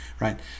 Right